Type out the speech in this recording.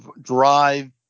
drive